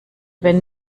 wenn